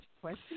question